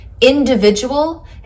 individual